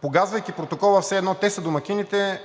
погазвайки протокола, все едно те са домакините,